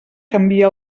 canvia